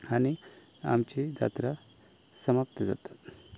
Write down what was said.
आनीक आमची जात्रा समाप्त जाता